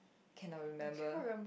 cannot remember